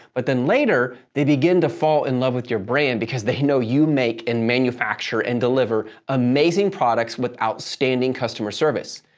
but then later they begin to fall in love with your brand because they know you make, and manufacture, and deliver amazing products with outstanding customer service.